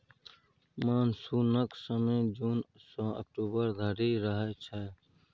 मानसुनक समय जुन सँ अक्टूबर धरि रहय छै